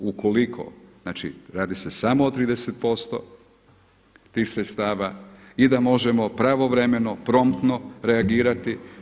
Ukoliko, znači radi se samo o 30 posto tih sredstava i da možemo pravovremeno promptno reagirati.